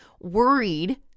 worried